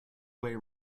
way